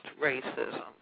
racism